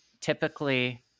typically